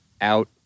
out